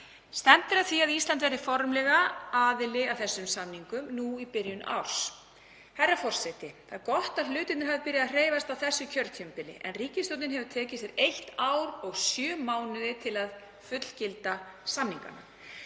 Stefnt er að því að Ísland verði formlega aðili að þessum samningum nú í byrjun árs. Herra forseti. Það er gott að hlutirnir hafi byrjað að hreyfast á þessu kjörtímabili en ríkisstjórnin hefur tekið sér eitt ár og sjö mánuði til að fullgilda samningana.